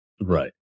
right